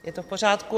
Je to v pořádku?